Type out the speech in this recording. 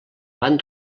van